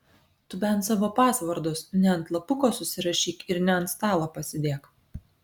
tu bent savo pasvordus ne ant lapuko susirašyk ir ne ant stalo pasidėk